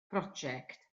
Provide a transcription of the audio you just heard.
project